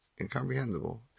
Incomprehensible